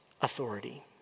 authority